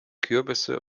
kürbisse